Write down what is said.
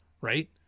right